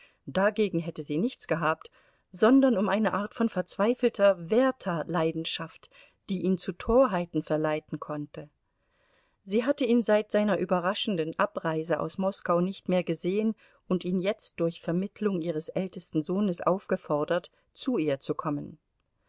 dagegen hätte sie nichts gehabt sondern um eine art von verzweifelter werther leidenschaft die ihn zu torheiten verleiten konnte sie hatte ihn seit seiner überraschenden abreise aus moskau nicht mehr gesehen und ihn jetzt durch vermittlung ihres ältesten sohnes aufgefordert zu ihr zu kommen